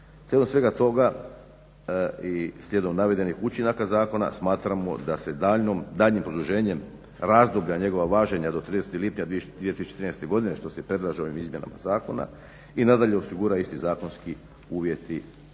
razumije./… svega toga i slijedom navedenih učinaka zakona smatramo da se daljnjim produženjem razdoblja njegovog važenja do 31. lipnja 2013. godine što se i predlaže ovim izmjenama zakona i nadalje osigura isti zakonski uvjeti